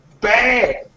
bad